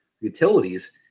utilities